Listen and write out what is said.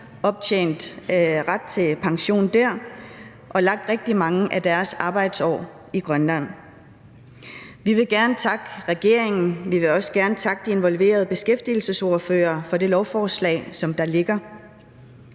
optjent ret til pension dér, og som har lagt rigtig mange af deres arbejdsår i Grønland. Vi vil gerne takke regeringen, og vi vil også gerne takke de involverede beskæftigelsesordførere for det lovforslag, som der ligger.